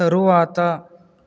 తరువాత